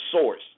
source